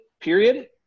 period